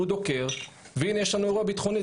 הוא דוקר והנה יש לנו אירוע ביטחוני,